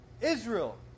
Israel